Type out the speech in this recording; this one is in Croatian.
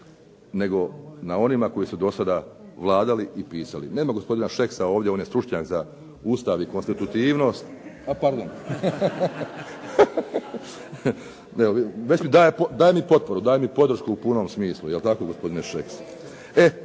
nego na onima koja su do sada vladali i pisali. Nema gospodina Šeksa ovdje, on je stručnjak za Ustav i konstitutivnost. Pardon! Već mi daje podršku u punom smislu, je li tako gospodine Šeks.